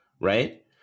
right